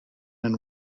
and